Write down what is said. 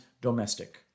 domestic